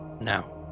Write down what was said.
Now